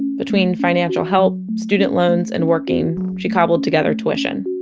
between financial help, student loans, and working, she cobbled together tuition